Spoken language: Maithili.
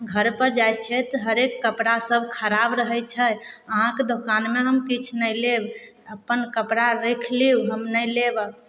घरपर जाइ छियै तऽ हरेक कपड़ासभ खराब रहै छै अहाँके दोकानमे हम किछु नहि लेब अपन कपड़ा राखि लिउ हम नहि लेब आब